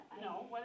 No